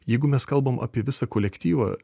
jeigu mes kalbam apie visą kolektyvą